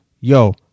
Yo